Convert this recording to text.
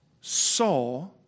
saw